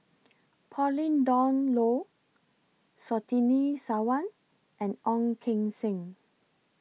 Pauline Dawn Loh Surtini Sarwan and Ong Keng Sen